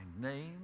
name